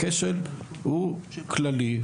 הכשל הוא כללי.